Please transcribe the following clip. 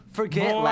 forget